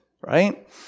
right